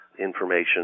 information